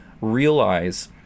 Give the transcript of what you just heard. realize